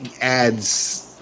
adds –